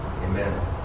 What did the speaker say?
Amen